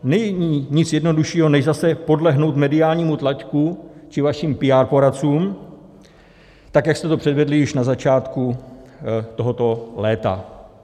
Není nic jednoduššího, než zase podlehnout mediálnímu tlaku či vašim PR poradcům, tak jak jste to předvedli již na začátku tohoto léta.